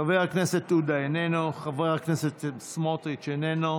חבר הכנסת עודה, איננו, חבר הכנסת סמוטריץ' איננו,